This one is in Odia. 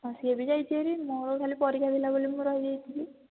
ହଁ ସେ ବି ଯାଇଛି ହେରି ମୋର ଖାଲି ପରୀକ୍ଷା ଥିଲା ବୋଲି ମୁଁ ରହିଯାଇଥିଲି